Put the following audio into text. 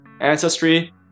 ancestry